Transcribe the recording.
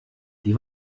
die